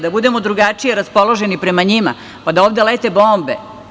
Da budemo drugačije raspoloženi prema njima, pa da ovde lete bombe?